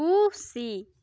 ᱯᱩᱻᱥᱤ